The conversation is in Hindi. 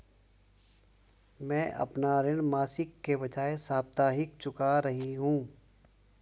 मैं अपना ऋण मासिक के बजाय साप्ताहिक चुका रही हूँ